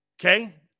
Okay